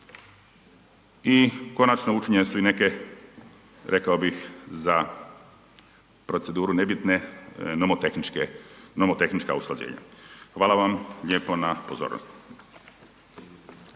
I konačno učinjene su i neke, rekao bih, za proceduru nebitne nomotehničke, nomotehnička usklađenja. Hvala vam lijepo na pozornosti.